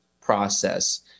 process